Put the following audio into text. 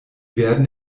werden